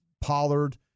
Pollard